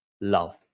love